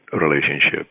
relationship